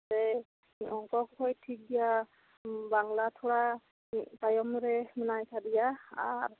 ᱚᱝᱠᱚ ᱠᱚᱦᱚᱸ ᱴᱷᱤᱠᱜᱮᱭᱟ ᱵᱟᱝᱞᱟ ᱛᱷᱚᱲᱟ ᱛᱟᱭᱚᱢ ᱨᱮ ᱦᱮᱱᱟᱭ ᱠᱟᱫᱮᱭᱟ ᱟᱨ